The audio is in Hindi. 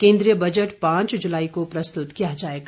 केन्द्रीय बजट पांच जुलाई को प्रस्तुत किया जाएगा